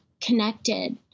connected